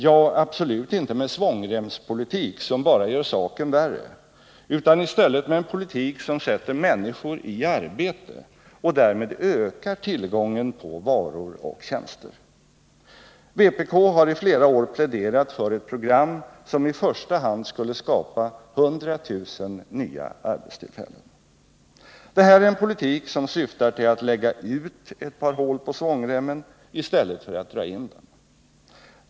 Ja, absolut inte med svångremspolitik som bara gör saken värre, utan i stället med en politik som sätter människor i arbete och därmed ökar tillgången på varor och tjänster. Vpk har i flera år pläderat för ett program som i första hand skulle skapa 100 000 nya arbetstillfällen. Det här är en politik som syftar till att lägga ut ett par hål på svångremmen i stället för att dra in den.